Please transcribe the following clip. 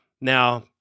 Now